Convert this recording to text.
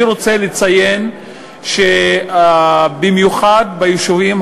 אני רוצה לציין שבמיוחד ביישובים